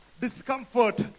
discomfort